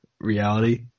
reality